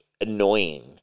annoying